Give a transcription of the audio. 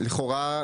לכאורה,